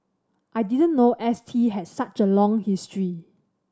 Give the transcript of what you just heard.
I didn't know S T had such a long history